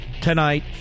tonight